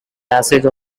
passage